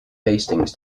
hastings